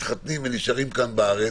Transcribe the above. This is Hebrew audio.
מתחתן ונשאר בארץ.